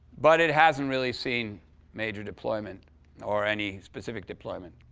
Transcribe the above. but it hasn't really seen major deployment or any specific deployment.